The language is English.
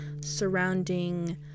surrounding